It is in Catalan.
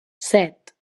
set